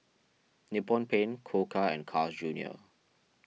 Nippon Paint Koka and Carl's Junior